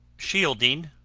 shielding,